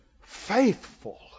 faithful